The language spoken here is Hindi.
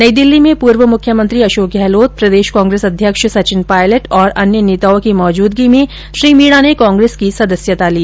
नई दिल्ली में पूर्व मुख्यमंत्री अषोक गहलोत प्रदेष कांग्रेस अध्यक्ष सचिन पायलट तथा अन्य नेताओं की मौजूदगी में श्री मीणा ने कांग्रेस की सदस्यता ली